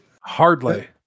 Hardly